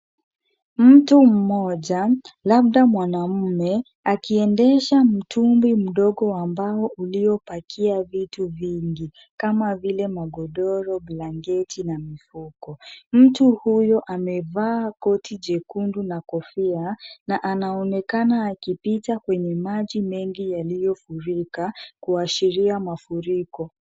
Mtu mmoja, labda mwanaume akiendesha mtumbwi mdogo wa mbao uliopakia vitu vingi kama vile magodoro, blanketi na mifuko. Mtu huyo amevaa koti jekundu na kofia na anaonekana akipita kwenye maji mengi yaliyofurika, kuashiria mafuriko.